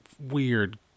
Weird